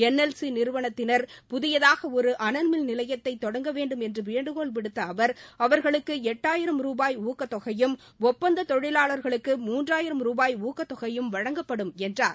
NLC நிறுவனத்தினர் புதியதாக ஒரு அனல் மின் நிலையத்தை தொடங்க வேண்டும் என்று வேண்டுகோள் விடுத்த அவர் அவர்களுக்கு எட்டாயிரம் ரூபாய் ஊக்கத்தொகையும் ஒப்பந்த தொழிலாளர்களுக்கு மூன்றாயிரம் ரூபாய் ஊக்கத்தொகையும் வழங்கப்படும் என்றார்